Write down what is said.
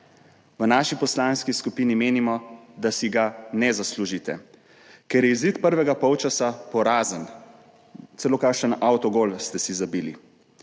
V naši poslanski skupini menimo, da si ga ne zaslužite, ker je izid prvega polčasa porazen, celo kakšen avtogol ste si zabili.